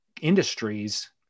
industries